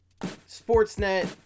Sportsnet